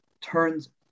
turns